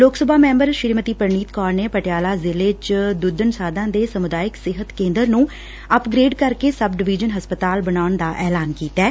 ਲੋਕ ਸਭਾ ਮੈਂਬਰ ਸ੍ਰੀਮਤੀ ਪਰਨੀਤ ਕੌਰ ਨੇ ਪਟਿਆਲਾ ਜ਼ਿਲੇ ਚ ਦੁੱਧਣਸਾਧਾਂ ਦੇ ਸਮੁਦਾਇਕ ਸਿਹਤ ਕੇਂਦਰ ਨੂੰ ਅਪਗ੍ਰੇਡ ਕਰਕੇ ਸਬ ਡਿਵੀਜਨ ਹਸਪਤਾਲ ਬਣਾਉਣ ਦਾ ਐਲਾਨ ਕੀਤੈ